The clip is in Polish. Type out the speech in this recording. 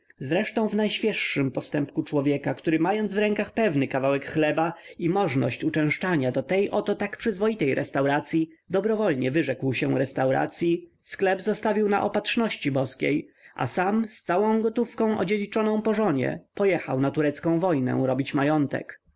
zresztą w najświeższym postępku człowieka który mając w rękach pewny kawałek chleba i możność uczęszczania do tej oto tak przyzwoitej restauracyi dobrowolnie wyrzekł się restauracyi sklep zostawił na opatrzności boskiej a sam z całą gotówką odziedziczoną po żonie pojechał na turecką wojnę robić majątek